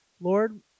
Lord